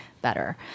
better